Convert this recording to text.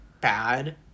bad